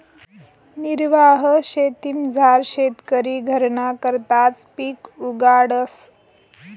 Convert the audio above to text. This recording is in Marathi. निर्वाह शेतीमझार शेतकरी घरना करताच पिक उगाडस